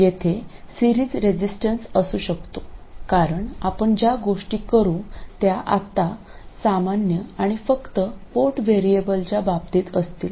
येथे series resistance असू शकतो कारण आपण ज्या गोष्टी करू त्या आता सामान्य आणि फक्त पोर्ट व्हेरिएबलच्या बाबतीत असतील